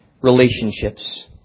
relationships